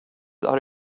are